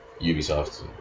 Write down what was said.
Ubisoft